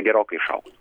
gerokai išaugtų